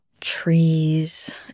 Trees